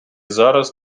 зараз